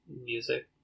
music